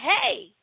hey